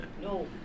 No